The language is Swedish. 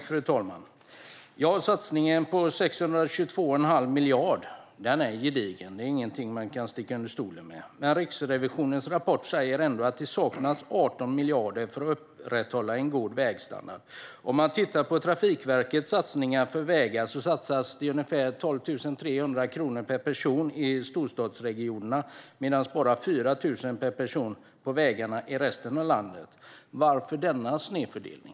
Fru talman! Satsningen på 622 1⁄2 miljard är gedigen. Det är inget att sticka under stol med. Men Riksrevisionens rapport säger att det ändå saknas 18 miljarder för att upprätthålla en god vägstandard. I Trafikverkets satsningar på vägar satsas ungefär 12 300 kronor per person i storstadsregionerna medan man bara satsar 4 000 per person på vägarna i resten av landet. Varför denna snedfördelning?